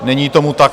Není tomu tak.